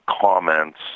comments